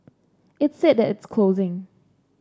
it's sad that it's closing